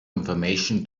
information